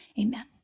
Amen